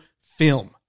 film